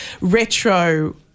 retro